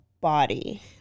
body